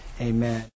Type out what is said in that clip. Amen